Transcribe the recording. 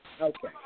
Okay